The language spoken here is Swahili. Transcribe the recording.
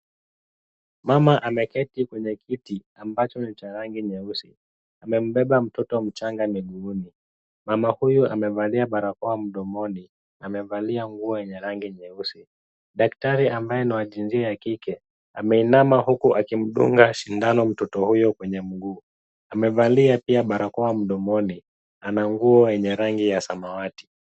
Mama ameketi kwenye kiti ambacho ni cha rangi nyeusi. Amembeba mtoto mchanga miguuni. Mama huyu amevalia barakoa mdomoni. Amevalia nguo yenye rangi nyeusi. Daktari ambaye ni wa jinsia ya kike, ameinama huku akimdunga sindano mtoto huyo kwenye mguu. Amevalia pia barakoa mdomoni ana nguo yenye rangi ya samawati.